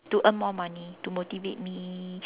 to earn more money to motivate me